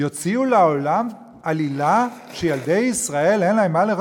יוציאו לעולם עלילה שילדי ישראל אין להם מה לאכול